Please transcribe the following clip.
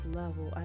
level